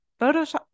photoshop